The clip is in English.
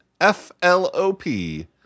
F-L-O-P